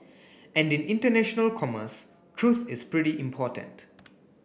and in international commerce truth is pretty important